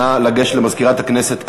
נא לגשת למזכירת הכנסת עכשיו,